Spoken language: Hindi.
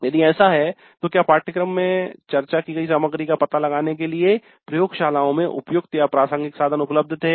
यदि ऐसा है तो क्या पाठ्यक्रम में चर्चा की गई सामग्री का पता लगाने के लिए प्रयोगशालाओं में उपयुक्तप्रासंगिक साधन उपलब्ध थे